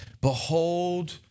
Behold